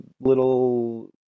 little